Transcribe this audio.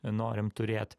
norim turėt